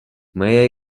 may